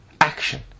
action